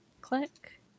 click